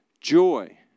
joy